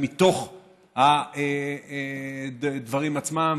מתוך הדברים עצמם,